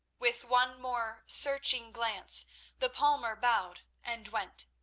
with one more searching glance the palmer bowed and went.